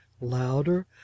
louder